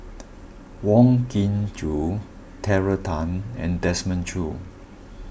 Wong Kin Jong Terry Tan and Desmond Choo